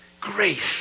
Grace